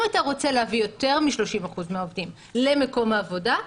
אם אתה רוצה להביא יותר מ-30% מהעובדים למקום עבודה,